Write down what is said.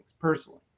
personally